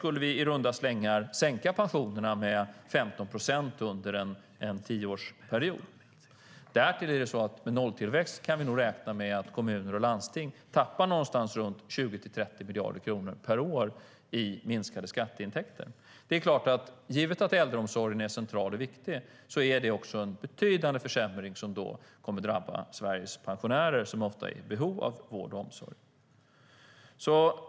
Med nolltillväxt skulle vi sänka pensionerna med i runda slängar 15 procent under en tioårsperiod. Därtill kan vi med nolltillväxt nog räkna med att kommuner och landsting tappar någonstans mellan 20 och 30 miljarder kronor per år i form av minskade skatteintäkter. Givet att äldreomsorgen är central och viktig är det en betydande försämring som kommer att drabba Sveriges pensionärer, vilka ofta är i behov av vård och omsorg.